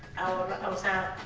our but um staff